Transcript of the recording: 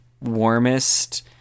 warmest